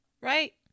right